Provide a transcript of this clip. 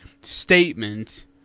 statement